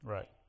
Right